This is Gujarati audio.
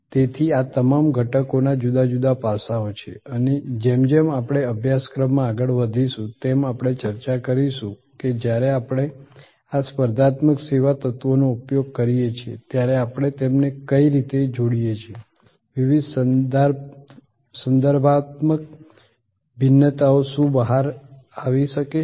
તેથી આ તમામ ઘટકોના જુદા જુદા પાસાઓ છે અને જેમ જેમ આપણે અભ્યાસક્રમમાં આગળ વધીશું તેમ આપણે ચર્ચા કરીશું કે જ્યારે આપણે આ સ્પર્ધાત્મક સેવા તત્વોનો ઉપયોગ કરીએ છીએ ત્યારે આપણે તેમને કઈ રીતે જોડીએ છીએ વિવિધ સંદર્ભાત્મક ભિન્નતાઓ શું બહાર આવી શકે છે